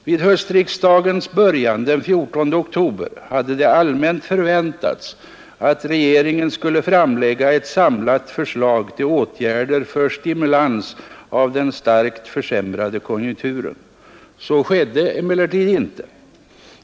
Vid höstriksdagens början den 14 oktober hade det allmänt förväntats att regeringen skulle framlägga ett samlat förslag till åtgärder för stimulans av den starkt försämrade konjunkturen. Så skedde emellertid inte.